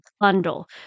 bundle